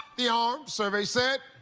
the arms. survey said.